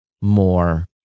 more